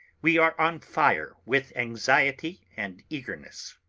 we are on fire with anxiety and eagerness.